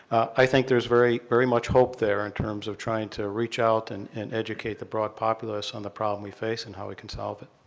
i think there's very, very much hope there in terms of trying to reach out and and education the broad populace on the problem we face and how we can solve it.